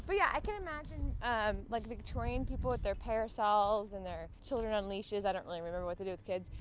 but, yeah, i can imagine um like victorian people with their parasols and their children on leashes, i don't really remember what to do with kids,